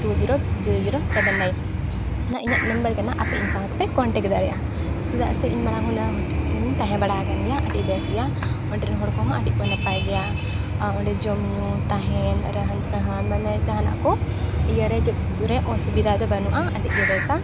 ᱤᱧᱟᱜ ᱠᱟᱱᱟ ᱟᱯᱮ ᱤᱧ ᱥᱟᱶᱛᱮᱯᱮ ᱫᱟᱲᱮᱭᱟᱜᱼᱟ ᱪᱮᱫᱟᱜ ᱥᱮ ᱤᱧ ᱢᱟᱲᱟᱝ ᱦᱚᱸ ᱱᱚᱣᱟ ᱨᱮᱧ ᱛᱟᱦᱮᱸ ᱵᱟᱲᱟᱣ ᱟᱠᱟᱱ ᱜᱮᱭᱟ ᱟᱹᱰᱤ ᱵᱮᱥ ᱜᱮᱭᱟ ᱚᱸᱰᱮ ᱨᱮᱱ ᱦᱚᱲ ᱠᱚᱦᱚᱸ ᱟᱹᱰᱤ ᱠᱚ ᱱᱟᱯᱟᱭ ᱜᱮᱭᱟ ᱟᱨ ᱚᱸᱰᱮ ᱡᱚᱢᱼᱧᱩ ᱛᱟᱦᱮᱱ ᱨᱮᱦᱟᱱᱼᱥᱟᱦᱟᱱ ᱢᱟᱱᱮ ᱡᱟᱦᱟᱱᱟᱜ ᱠᱚ ᱤᱭᱟᱹ ᱨᱮ ᱪᱮᱫ ᱨᱮ ᱚᱥᱩᱵᱤᱫᱷᱟ ᱫᱚ ᱵᱟᱹᱱᱩᱜᱼᱟ ᱟᱹᱰᱤ ᱜᱮ ᱵᱮᱥᱟ